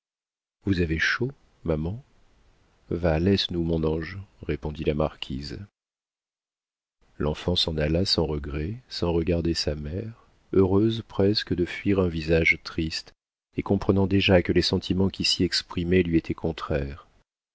vous avez chaud maman va laisse-nous mon ange répondit la marquise l'enfant s'en alla sans regret sans regarder sa mère heureuse presque de fuir un visage triste et comprenant déjà que les sentiments qui s'y exprimaient lui étaient contraires